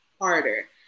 harder